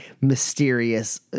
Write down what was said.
mysterious